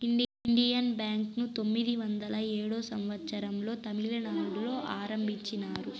Indian bank ను పంతొమ్మిది వందల ఏడో సంవచ్చరం లో తమిళనాడులో ఆరంభించారు